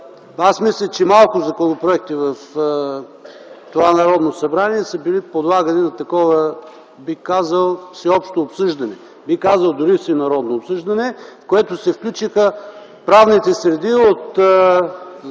Мисля, че малко законопроекти в това Народно събрание са били подлагани на такова всеобщо обсъждане, бих казал дори – всенародно обсъждане, в което се включиха правните среди от